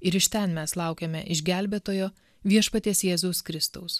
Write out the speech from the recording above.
ir iš ten mes laukiame išgelbėtojo viešpaties jėzaus kristaus